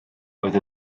oedd